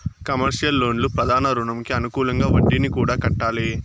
commercial లోన్లు ప్రధాన రుణంకి అనుకూలంగా వడ్డీని కూడా కట్టాలి